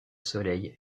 soleil